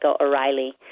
O'Reilly